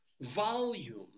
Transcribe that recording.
volume